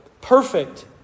perfect